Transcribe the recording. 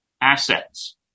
assets